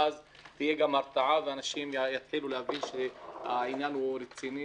ואז תהיה הרתעה ואנשים יתחילו להבין שהעניין הוא רציני